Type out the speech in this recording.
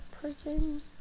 person